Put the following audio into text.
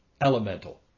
elemental